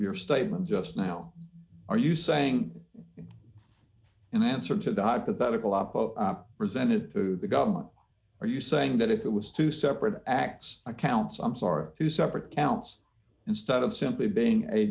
your statement just now are you saying and i answer to the hypothetical apo presented to the government are you saying that it was two separate acts accounts i'm sorry two separate accounts instead of simply being a